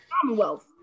Commonwealth